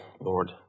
Lord